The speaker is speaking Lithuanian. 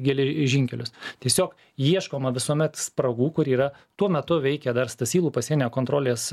geležinkelius tiesiog ieškoma visuomet spragų kur yra tuo metu veikė dar stasylų pasienio kontrolės